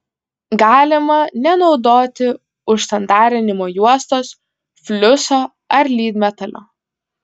galima nenaudoti užsandarinimo juostos fliuso ar lydmetalio